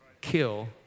kill